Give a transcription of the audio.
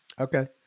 Okay